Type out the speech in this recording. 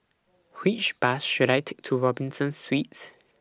Which Bus should I Take to Robinson Suites